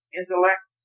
intellect